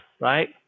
right